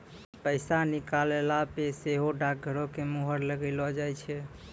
पैसा निकालला पे सेहो डाकघरो के मुहर लगैलो जाय छै